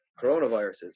coronaviruses